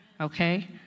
Okay